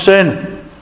sin